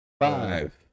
Five